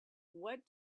what